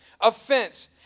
offense